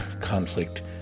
conflict